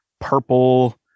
purple